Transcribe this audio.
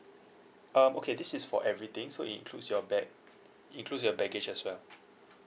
um okay this is for everything so it includes your bag~ includes your baggage as well